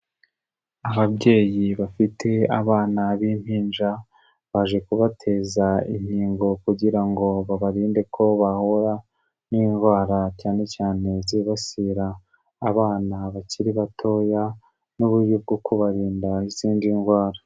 Ababyeyi bafite abana b'impinja baje kubateza inkingo kugira ngo babarinde ko bahura n'indwara cyane cyane zibasira abana bakiri batoya n'uburyo bwo kubarinda izindi ndwara.